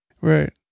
Right